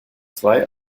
zwei